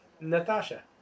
Natasha